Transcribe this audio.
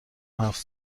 هفت